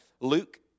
Luke